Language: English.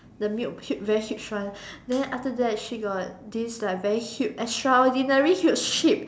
the milk huge very huge one then after that she got this like very huge extraordinary huge ship